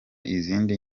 izindi